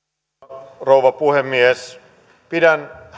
arvoisa rouva puhemies pidän